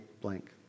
blank